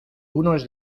unos